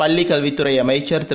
பள்ளிக் கல்வித் துறை அமைச்சர் திரு